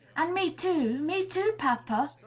and me too, me too, papa!